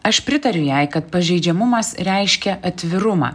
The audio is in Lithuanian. aš pritariu jai kad pažeidžiamumas reiškia atvirumą